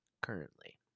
currently